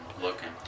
looking